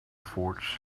fort